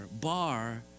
bar